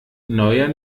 neuer